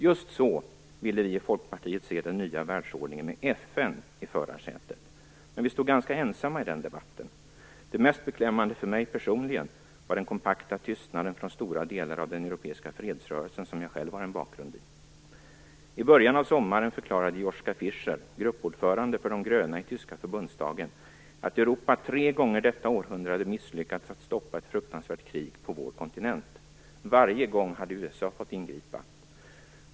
Just så ville vi i Folkpartiet se den nya världsordningen - med FN i förarsätet. Men vi stod ganska ensamma i den debatten. Det mest beklämmande för mig personligen var den kompakta tystnaden från stora delar av den europeiska fredsrörelsen som jag själv har ett förflutet i. I början av sommaren förklarade Joshka Fischer, gruppordförande för de gröna i den tyska förbundsdagen, att Europa tre gånger detta århundrade hade misslyckats att stoppa ett fruktansvärt krig på vår kontinent. Varje gång hade USA fått ingripa.